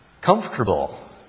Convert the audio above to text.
comfortable